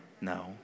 No